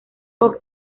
fox